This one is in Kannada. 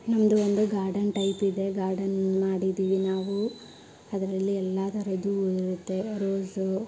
ನಮ್ಮದು ಒಂದು ಗಾರ್ಡನ್ ಟೈಪಿದೆ ಗಾರ್ಡನ್ ಮಾಡಿದೀವಿ ನಾವು ಅದರಲ್ಲಿ ಎಲ್ಲ ಥರದ್ದು ಹೂವು ಇರುತ್ತೆ ರೋಸು